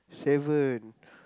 seven